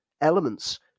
elements